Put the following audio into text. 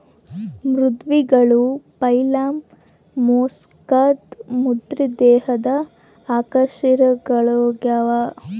ಮೃದ್ವಂಗಿಗಳು ಫೈಲಮ್ ಮೊಲಸ್ಕಾದ ಮೃದು ದೇಹದ ಅಕಶೇರುಕಗಳಾಗ್ಯವ